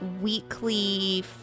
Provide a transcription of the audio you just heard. weekly